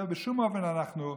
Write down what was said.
את זה בשום אופן לא נרשה.